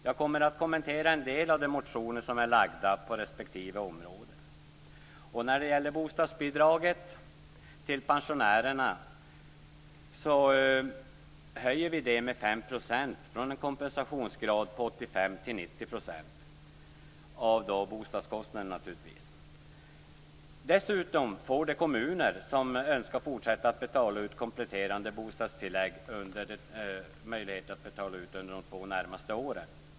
Jag kommer att kommentera en del av de motioner som har lagts fram på respektive område. När det gäller bostadsbidraget till pensionärer höjer vi det med 5 procentenheter, från en kompensationsgrad på 85 % till 90 % av bostadskostnaden. Dessutom får de kommuner som så önskar fortsätta att betala ut kompletterande bostadstillägg under de två närmaste åren.